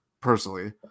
personally